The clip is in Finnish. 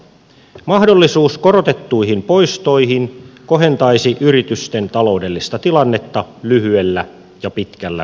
mahdollisuus korotettuihin poistoihin kohentaisi yritysten taloudellista tilannetta lyhyellä ja pitkällä aikavälillä